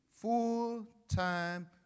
full-time